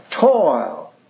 toil